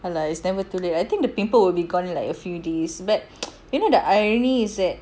ya lah it's never too late I think the pimple will be gone like a few days but you know the irony is that